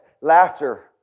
laughter